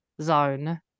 zone